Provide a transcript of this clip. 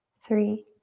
three,